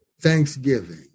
thanksgiving